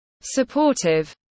supportive